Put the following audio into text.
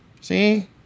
See